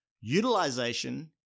Utilization